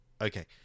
okay